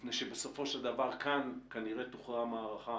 מפני שבסופו של דבר כאן כנראה תוכרע המערכה